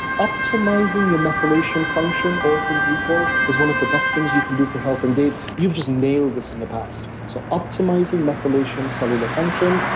optimizing your methylation function all things equal, is one of the best things you can do for health, and dave, you've just nailed this in the past. so optimizing methylation cellular function,